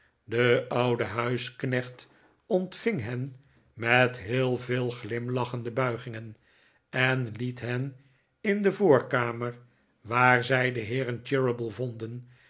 de oude huisknecht ontving hen met heel veel glimlachende buigirigen en liet hen in de voorkamer waar zij de heeren cheeryble vonden